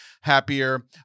happier